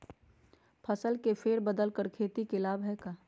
फसल के फेर बदल कर खेती के लाभ है का?